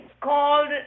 called